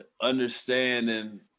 understanding